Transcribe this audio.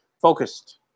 focused